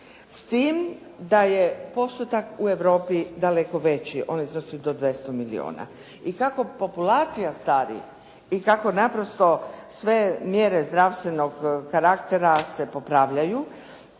s tim da je postotak u Europi daleko veći. On iznosi do 200 milijuna. I kako populacija stari i kako naprosto sve mjere zdravstvenog karaktera se popravljaju,